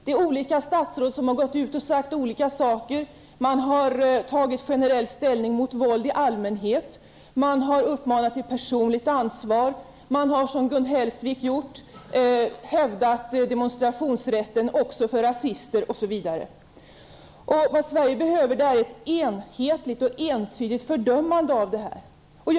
Det är olika statsråd som har gått ut och sagt olika saker. Man har generellt tagit ställning mot våld i allmänhet, man har uppmanat till personligt ansvar, man har -- som Gun Hellsvik gjort -- hävdat demonstrationsrätten också för rasister osv. Sverige behöver ett enhetligt och entydigt fördömande av detta.